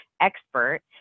expert